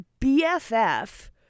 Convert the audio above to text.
BFF